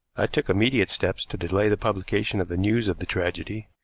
i took immediate steps to delay the publication of the news of the tragedy.